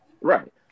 Right